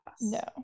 no